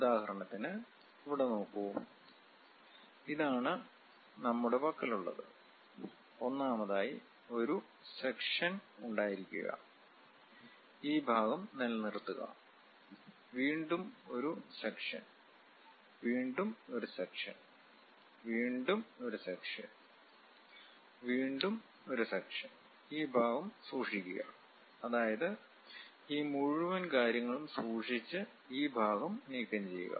ഉദാഹരണത്തിന് ഇവിടെ നോക്കൂ ഇതാണ് നമ്മുടെ പക്കലുള്ളത് ഒന്നാമതായി ഒരു സെക്ഷൻ ഉണ്ടായിരിക്കുക ഈ ഭാഗം നിലനിർത്തുക വീണ്ടും ഒരു സെക്ഷൻ വീണ്ടും ഒരു സെക്ഷൻ വീണ്ടും ഒരു സെക്ഷൻ വീണ്ടും ഒരു സെക്ഷൻ ഈ ഭാഗം സൂക്ഷിക്കുക അതായത് ഈ മുഴുവൻ കാര്യങ്ങളും സൂക്ഷിച്ച് ഈ ഭാഗം നീക്കംചെയ്യുക